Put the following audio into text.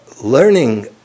learning